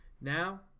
Now